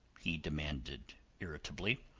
he demanded irritably.